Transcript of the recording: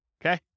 okay